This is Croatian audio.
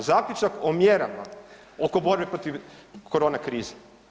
Zaključak o mjerama oko borbe protiv korona krize.